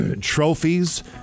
trophies